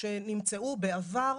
שנמצאו בעבר,